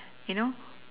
you know